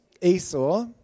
Esau